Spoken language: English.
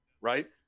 right